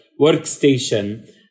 workstation